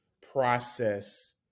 process